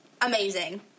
amazing